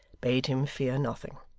bade him fear nothing.